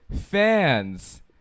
fans